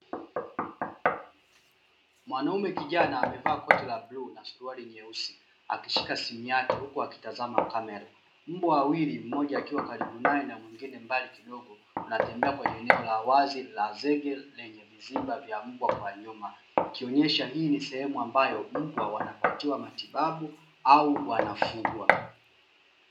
Mwanaume kijana amevaa koti la bluu na suruali nyeusi akishika simu yake huku akitizama kamera, mbwa wawili mmoja akiwa karibu nae na mwingine mbali kidogo wanatembea kwenye eneo la wazi la zege lenye vizimba vya mbwa kwa nyuma, ikionyesha hii ni sehemu ambayo mbwa wanapatiwa matibabu au wanafugwa.